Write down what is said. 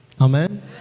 Amen